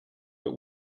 but